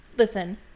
listen